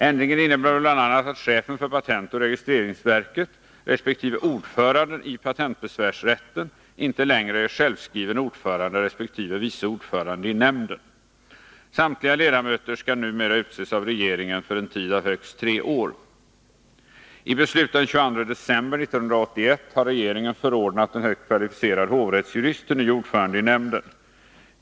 Ändringen innebär bl.a. att chefen för patentoch registreringsverket resp. ordföranden i patentbesvärsrätten inte längre är självskriven ordförande resp. vice ordförande i nämnden. Samtliga ledamöter skall numera utses av regeringen för en tid av högst tre år. I beslut den 22 december 1981 har regeringen förordnat en högt kvalificerad hovrättsjurist till ny ordförande i nämnden.